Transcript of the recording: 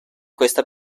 questa